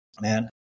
man